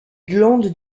glandes